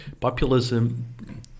populism